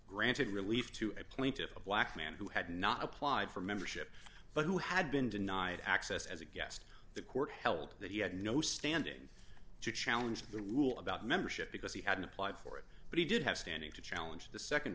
granted relief to a plentiful black man who had not applied for membership but who had been denied access as a guest the court held that he had no standing to challenge the rule about membership because he hadn't applied for it but he did have standing to challenge the